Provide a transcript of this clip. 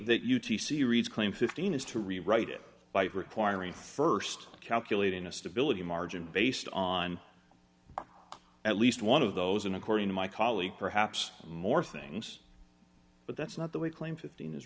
that you teach series claim fifteen is to rewrite it by requiring st calculate in a stability margin based on at least one of those and according to my colleague perhaps more things but that's not the way claim fifteen is